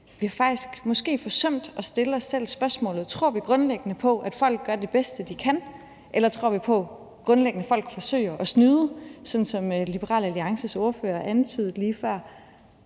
har forsømt at stille os selv spørgsmålet, om vi grundlæggende tror på, at folk gør det bedste, de kan, eller om vi grundlæggende tror på, at folk forsøger at snyde, sådan som Liberal Alliances ordfører antydede lige før.